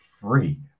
free